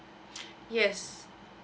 yes